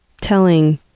telling